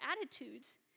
attitudes